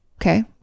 Okay